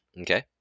okay